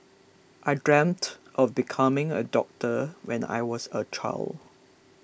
I dreamt of becoming a doctor when I was a child